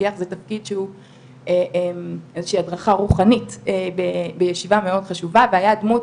משגיח של איזושהי הדרכה רוחנית בישיבה מאוד חשובה והיה דמות